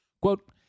Quote